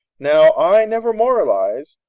now, i never moralise.